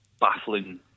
baffling